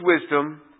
wisdom